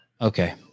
Okay